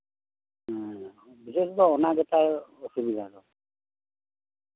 ᱦᱮᱸ ᱵᱮᱥᱤ ᱫᱚ ᱚᱱᱟ ᱜᱮᱛᱟᱭ ᱚᱥᱩᱵᱤᱫᱷᱟ ᱫᱚ